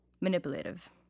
manipulative